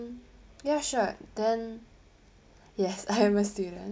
ya sure then yes I am a student